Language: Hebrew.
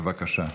בבקשה.